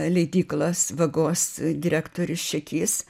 leidyklos vagos direktorius čekys